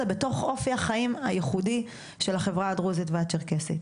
בתוך אופי החיים הייחודי של החברה הדרוזית והצ'רקסית.